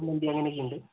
ആ മന്തി അങ്ങനെയൊക്കെയുണ്ട്